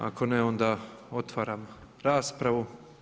Ako ne, onda otvaram raspravu.